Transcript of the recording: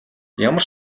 ямар